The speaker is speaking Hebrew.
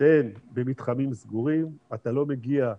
שתיהן במתחמים סגורים, אתה לא מגיע,